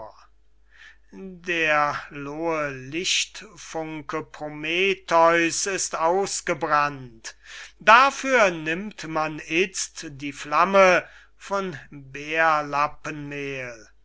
der lohe lichtfunke prometheus ist ausgebrannt dafür nimmt man itzt die flamme von